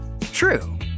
True